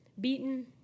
beaten